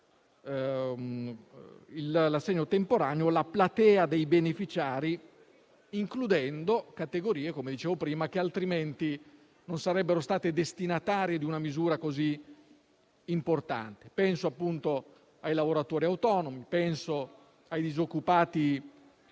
l'assegno temporaneo amplia la platea dei beneficiari, includendo categorie che altrimenti non sarebbero state destinatarie di una misura così importante. Penso ai lavoratori autonomi, ai disoccupati